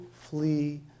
flee